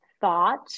thought